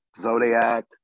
Zodiac